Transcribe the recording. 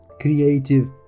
Creative